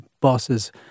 bosses